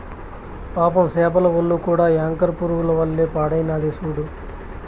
పాపం సేపల ఒల్లు కూడా యాంకర్ పురుగుల వల్ల పాడైనాది సూడు